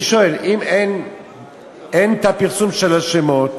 אני שואל, אם אין את הפרסום של השמות